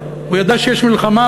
הוא ידע שיש מלחמה,